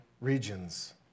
regions